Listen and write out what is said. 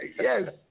Yes